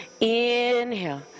Inhale